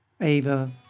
Ava